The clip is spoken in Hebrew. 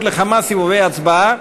לכמה סיבובי הצבעה,